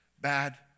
bad